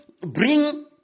bring